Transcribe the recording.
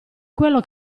quello